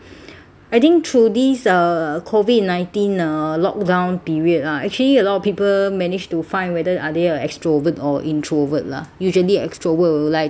I think through this uh COVID nineteen uh lockdown period ah actually a lot of people manage to find whether are they a extrovert or introvert lah usually extrovert will like to